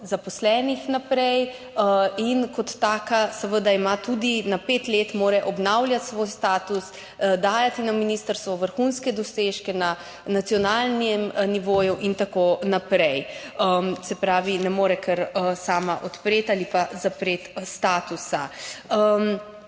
zaposlenih in mora kot taka tudi na pet let obnavljati svoj status, dajati na ministrstvo vrhunske dosežke na nacionalnem nivoju in tako naprej. Se pravi, ne more kar sama odpreti ali pa zapreti statusa.